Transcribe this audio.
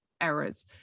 errors